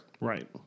right